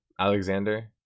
Alexander